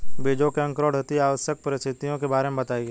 बीजों के अंकुरण हेतु आवश्यक परिस्थितियों के बारे में बताइए